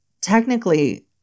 technically